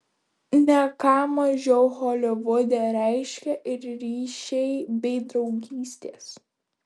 ne ką mažiau holivude reiškia ir ryšiai bei draugystės